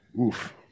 oof